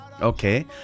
Okay